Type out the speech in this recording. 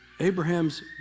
Abraham's